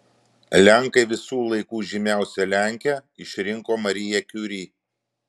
lenkai visų laikų žymiausia lenke išrinko mariją kiuri